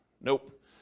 Nope